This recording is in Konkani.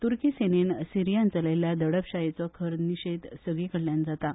तुर्की सेनेन सिरियान चलयिल्ल्या दडपशायेचो खर निशेध सगले कडल्यान जाता